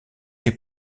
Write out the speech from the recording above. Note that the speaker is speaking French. les